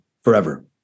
forever